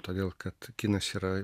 todėl kad kinas yra